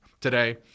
today